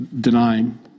denying